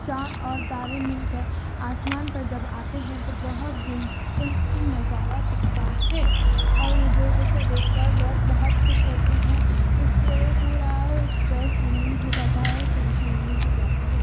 چاند اور تارے مل کر آسمان پر جب آتے ہیں تو بہت دلچسپی نظارہ دکھتا ہے اور وہ جو اسے دیکھ کر لوگ بہت خوش ہوتے ہیں اس سے پورا اسٹریس ریلیز ہو جاتا ہے ٹینشن ریلیز ہو جاتی ہے